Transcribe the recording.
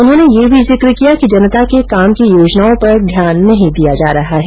उन्होंने यह भी जिक किया कि जनता के काम की योजनाओं पर ध्यान नहीं दिया जा रहा है